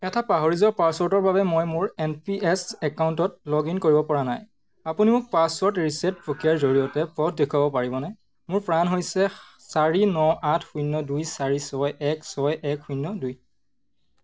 এটা পাহৰি যোৱা পাছৱৰ্ডৰ বাবে মই মোৰ এন পি এছ একাউণ্টত লগ ইন কৰিবপৰা নাই আপুনি মোক পাছৱাৰ্ড ৰিছেট প্ৰক্ৰিয়াৰ জৰিয়তে পথ দেখুৱাব পাৰিবনে মোৰ পান হৈছ চাৰি ন আঠ শূন্য দুই চাৰি ছয় এক ছয় এক শূন্য দুই